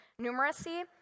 numeracy